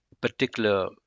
particular